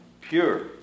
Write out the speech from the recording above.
Pure